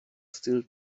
still